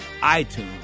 iTunes